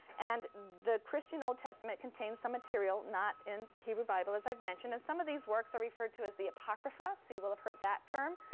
and the christian old testament contains some material not in the hebrew bible, as i've mentioned. and some of these works are referred to as the apocrypha so you will have heard that term.